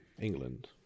England